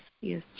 yes